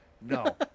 No